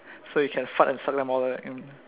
so you can fart and suck all of them in